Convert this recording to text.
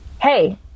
Hey